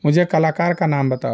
मुझे कलाकार का नाम बताओ